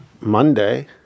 Monday –